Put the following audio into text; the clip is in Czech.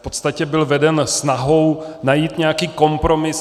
V podstatě byl veden snahou najít nějaký kompromis.